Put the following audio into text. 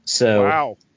Wow